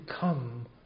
come